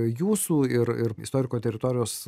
jūsų ir ir istoriko teritorijos